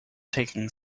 taking